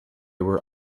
were